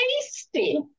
tasty